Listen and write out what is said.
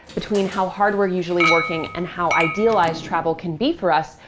between how hard we're usually working and how idealized travel can be for us,